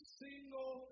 single